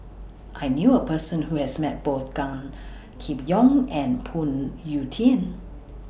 I knew A Person Who has Met Both Gan Kim Yong and Phoon Yew Tien